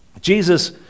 Jesus